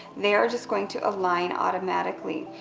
they are just going to align automatically.